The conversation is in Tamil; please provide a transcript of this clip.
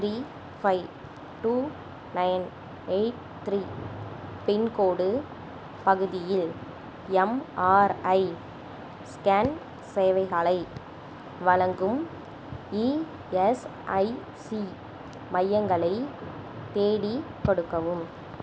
three five two nine eight three pincode பகுதியில் எம்ஆர்ஐ ஸ்கேன் சேவைகளை வழங்கும் இஎஸ்ஐசி மையங்களை தேடிக் கொடுக்கவும்